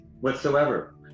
whatsoever